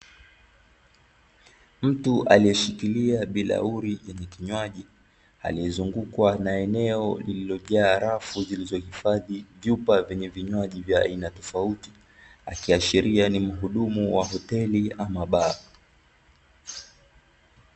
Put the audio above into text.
Mtu aliye shikilia bilauri yenye kinywaji, aliye zungukwa na eneo lililojaa rafu zilizo hifadhi vyupa vyenye vinywaji vya aina tofauti, akiashiria ni mhudumu wa hoteli ama baa.